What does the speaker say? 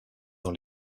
dans